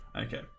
okay